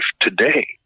today